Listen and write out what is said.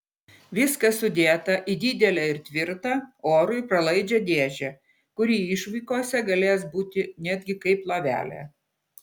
viskas sudėta į didelę ir tvirtą orui pralaidžią dėžę kuri išvykose galės būti netgi kaip lovelė